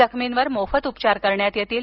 जखमींवर मोफत उपचार करण्यात येतील